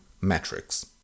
metrics